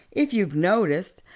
if you've noticed.